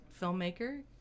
filmmaker